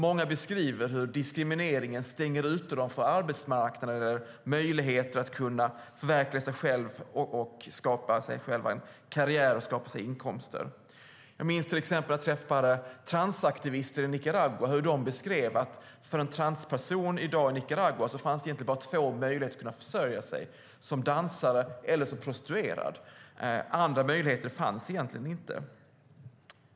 Många beskriver hur diskrimineringen stänger ute dem från arbetsmarknader och möjligheter att kunna förverkliga sig själva och att skapa sig själva en karriär och inkomster. Jag minns till exempel att jag träffade transaktivister i Nicaragua. De beskrev att för en transperson i dag i Nicaragua fanns det bara två möjligheter att försörja sig, som dansare eller som prostituerad. Andra möjligheter fanns egentligen inte.